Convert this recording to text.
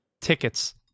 Tickets